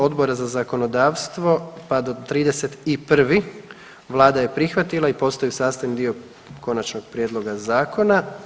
Odbora za zakonodavstvo pa do 31, Vlada je prihvatila i postaju sastavni dio Konačnog prijedloga zakona.